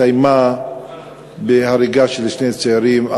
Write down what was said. הסתיימה בהריגה של שני צעירים,